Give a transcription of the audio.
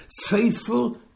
faithful